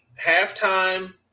halftime